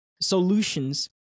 solutions